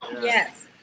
Yes